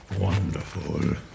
Wonderful